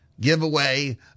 giveaway